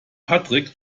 patrick